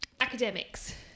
academics